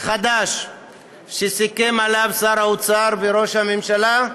חדש שסיכמו עליו שר האוצר וראש הממשלה,